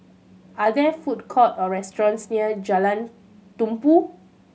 are there food courts or restaurants near Jalan Tumpu